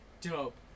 dope